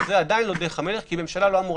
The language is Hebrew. זו עדיין לא דרך המלך כי ממשלה לא אמורה